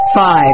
five